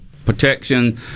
protection